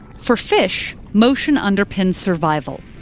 for fish, motion underpins survival,